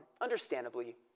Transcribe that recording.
Understandably